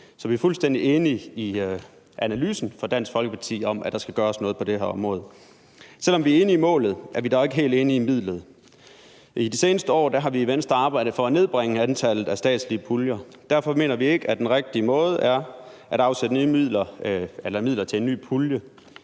Så vi er fuldstændig enige i analysen fra Dansk Folkeparti om, at der skal gøres noget på det her område. Selv om vi er enige i målet, er vi dog ikke helt enige i midlet. I de seneste år har vi i Venstre arbejdet for at nedbringe antallet af statslige puljer. Derfor mener vi ikke, at den rigtige måde er at afsætte midler til en ny pulje.